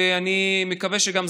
ואני מקווה גם,